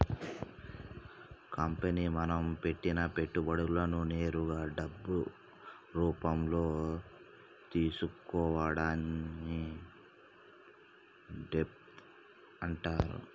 company మనం పెట్టిన పెట్టుబడులను నేరుగా డబ్బు రూపంలో తీసుకోవడాన్ని డెబ్ట్ అంటరు